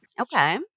Okay